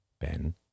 Ben